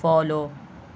follow